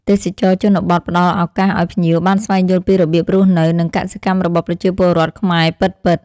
ទេសចរណ៍ជនបទផ្តល់ឱកាសឱ្យភ្ញៀវបានស្វែងយល់ពីរបៀបរស់នៅ និងកសិកម្មរបស់ប្រជាពលរដ្ឋខ្មែរពិតៗ។